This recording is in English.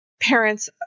parents